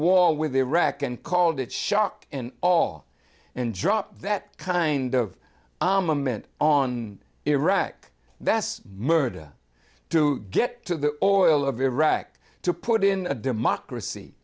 war with iraq and called it shock and awe and drop that kind of a moment on iraq that's murda to get to the oil of iraq to put in a democracy